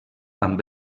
amb